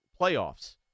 playoffs